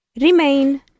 remain